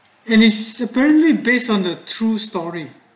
in it's apparently based on a true story